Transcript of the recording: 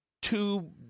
two